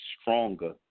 stronger